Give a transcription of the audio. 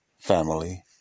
family